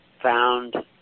found